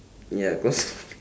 ya cause